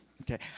Okay